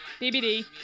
BBD